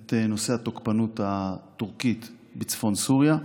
את נושא התוקפנות הטורקית בצפון סוריה,